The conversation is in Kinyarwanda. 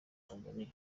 tanzania